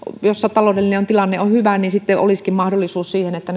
jossa taloudellinen tilanne on hyvä olisikin mahdollisuus siihen että